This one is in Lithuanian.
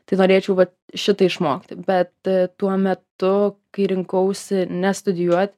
tai norėčiau vat šitą išmokti bet tuo metu kai rinkausi nestudijuot